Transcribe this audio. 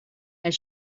and